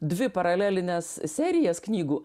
dvi paralelines serijas knygų